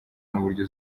n’uburyo